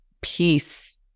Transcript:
peace